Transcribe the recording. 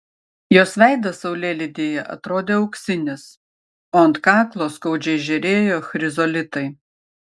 jos veidas saulėlydyje atrodė auksinis o ant kaklo skaudžiai žėrėjo chrizolitai